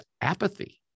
apathy